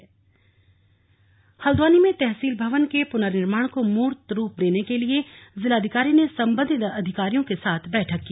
slug तहसील भवन हल्द्वानी में तहसील भवन के पूर्ननिर्माण को मूर्त रूप देने के लिए जिलाधिकारी ने सम्बन्धित अधिकारियों के साथ बैठक की